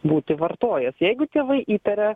būti vartojęs jeigu tėvai įtaria